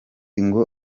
ngo